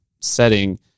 setting